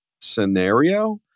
scenario